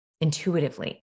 intuitively